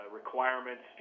requirements